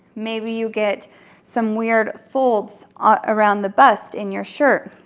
maybe you get some weird folds ah around the bust in your shirt,